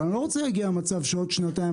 אבל אני לא רוצה להגיע למצב שעוד שנתיים